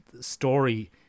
story